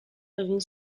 egin